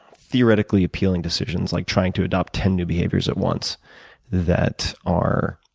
theoretically appealing decisions like trying to adopt ten new behaviors at once that are